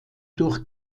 durch